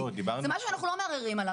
זה משה ושאנחנו לא מערערים עליו.